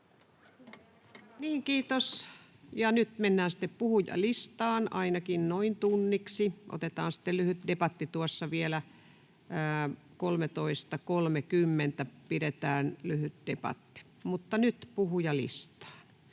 Kiitos. — Ja nyt mennään sitten puhujalistaan ainakin noin tunniksi. Otetaan sitten lyhyt debatti tuossa vielä kello 13.30. Pidetään lyhyt debatti. Mutta nyt puhujalistaan.